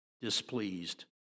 displeased